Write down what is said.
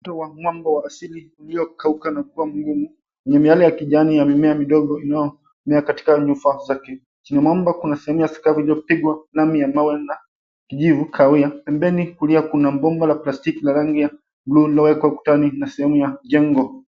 Ukuta wa mwamba wa asili uliokauka na kua mgumu wenye miale ya kijani ya mimea midogo unaomea katika nyufa zake, chini ya mwamba kuna sehemu ya sakafu iliyopigwa lami ya mawe na kijivu kahawia, pembeni kulia kuna bomba la plastiki la rangi ya buluu lililowekwa ukutani na sehemu ya jengo.